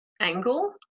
angle